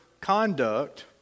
conduct